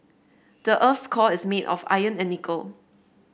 the earth's core is made of iron and nickel